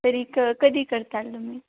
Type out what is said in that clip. तरी कधी करताल तुम्ही